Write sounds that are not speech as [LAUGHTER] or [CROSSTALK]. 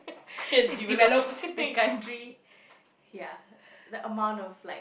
[LAUGHS] develop the country [NOISE] ya the amount of like